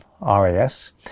RAS